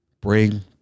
bring